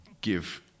give